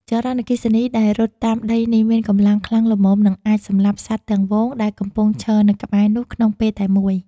ចរន្តអគ្គិសនីដែលរត់តាមដីនេះមានកម្លាំងខ្លាំងល្មមនឹងអាចសម្លាប់សត្វទាំងហ្វូងដែលកំពុងឈរនៅក្បែរនោះក្នុងពេលតែមួយ។